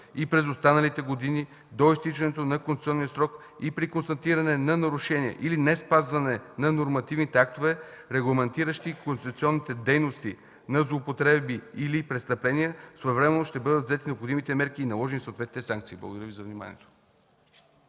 и през останалите години да изтичането на концесионния срок. При констатиране на нарушения или неспазване на нормативните актове, регламентиращи концесионните дейности, на злоупотреби или престъпления, своевременно ще бъдат взети необходимите мерки и наложени съответните санкции. Благодаря Ви за вниманието.